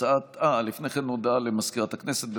הודעה למזכירת הכנסת.